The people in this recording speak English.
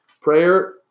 Prayer